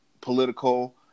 political